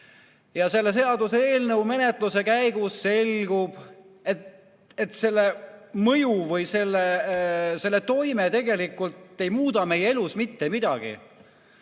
Aga selle seaduseelnõu menetluse käigus selgub, et selle mõju või selle toime tegelikult ei muuda meie elus mitte midagi.